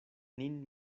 nin